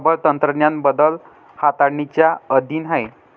rubber तंत्रज्ञान बदल हाताळणीच्या अधीन आहे